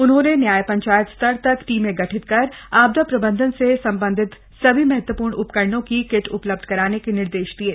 उन्होंने न्याय पंचायत स्तर तक टीमें गठित कर आपदा प्रबंधन से संबंधित सभी महत्वपूर्ण उपकरणों की किट उपलब्ध कराने के निर्देश दिये